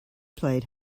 played